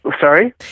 Sorry